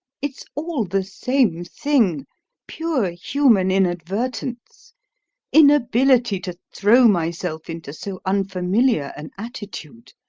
it's all the same thing pure human inadvertence inability to throw myself into so unfamiliar an attitude.